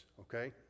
Okay